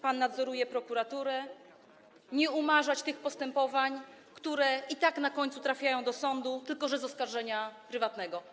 Pan nadzoruje prokuraturę, wystarczy nie umarzać tych postępowań, które i tak na końcu trafiają do sądu, tylko że z oskarżenia prywatnego.